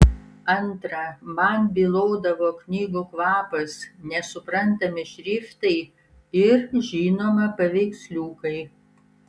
antra man bylodavo knygų kvapas nesuprantami šriftai ir žinoma paveiksliukai